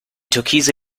türkise